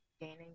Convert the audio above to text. gaining